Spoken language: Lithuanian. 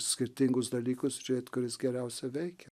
skirtingus dalykus žiūrėt kuris geriausia veikia